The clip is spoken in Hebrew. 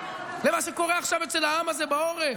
למה שקורה עכשיו אצל העם הזה בעורף.